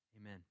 amen